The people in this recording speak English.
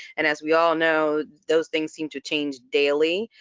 and as we all know, those things seem to change daily.